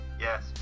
Yes